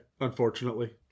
unfortunately